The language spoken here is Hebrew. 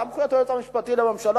שם את היועץ המשפטי לממשלה.